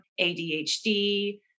ADHD